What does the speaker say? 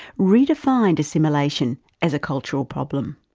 redefined assimilation as a cultural problem.